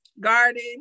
Garden